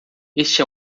este